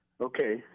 Okay